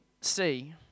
see